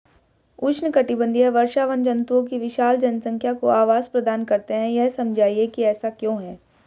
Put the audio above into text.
उष्णकटिबंधीय वर्षावन जंतुओं की विशाल जनसंख्या को आवास प्रदान करते हैं यह समझाइए कि ऐसा क्यों है?